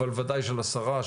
אבל בוודאי של השרה,